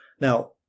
Now